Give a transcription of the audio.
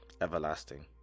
Everlasting